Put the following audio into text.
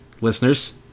listeners